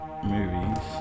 Movies